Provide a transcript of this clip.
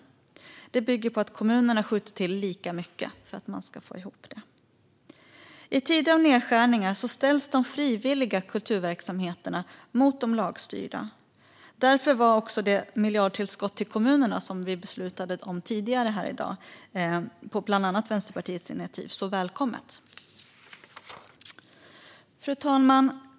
För att man ska få ihop det behöver kommunerna skjuta till lika mycket. I tider av nedskärningar ställs de frivilliga kulturverksamheterna mot de lagstyrda. Därför var det miljardtillskott till kommunerna som vi beslutade om tidigare i dag, på bland annat Vänsterpartiets initiativ, välkommet. Fru talman!